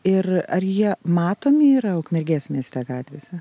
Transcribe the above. ir ar jie matomi yra ukmergės mieste gatvėse